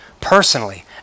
Personally